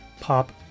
Pop